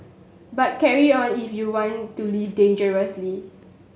but carry on if you want to live dangerously